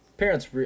Parents